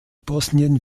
bosnien